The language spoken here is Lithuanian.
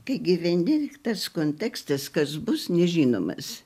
kai gyveni tas kontekstas kas bus nežinomas